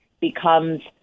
becomes